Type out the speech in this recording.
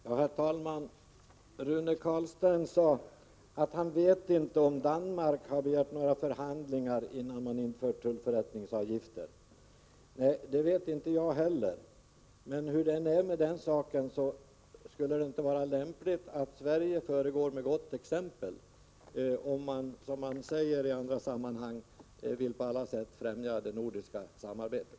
Herr talman! Rune Carlstein sade att han inte vet om Danmark begärde några förhandlingar innan man införde tullförrättningsavgifter. Det vet inte jag heller. Men hur det än är med den saken, skulle det inte vara lämpligt att Sverige föregår med gott exempel, om man, som man säger i andra sammanhang, på alla sätt vill ftämja det nordiska samarbetet?